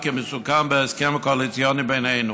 כמסוכם בהסכם הקואליציוני בינינו.